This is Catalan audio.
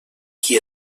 qui